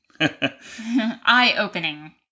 Eye-opening